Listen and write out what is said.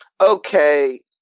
Okay